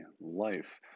life